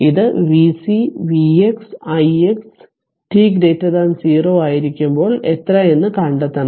ഇത് vc vx ix t 0 ആയിരിക്കുമ്പോൾ എത്ര എന്ന് കണ്ടെത്തണം